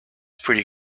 pretty